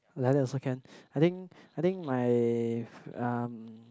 like that also can I think I think my um